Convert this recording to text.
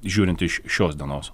žiūrint iš šios dienos